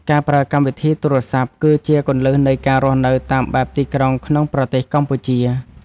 ការប្រើកម្មវិធីទូរសព្ទ គឺជាគន្លឹះនៃការរស់នៅតាមបែបទីក្រុងក្នុងប្រទេសកម្ពុជា។